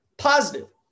positive